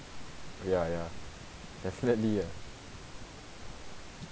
ya ya definitely ah